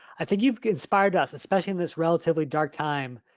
i think you've inspired us, especially in this relatively dark time,